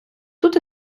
тут